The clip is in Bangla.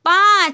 পাঁচ